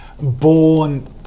born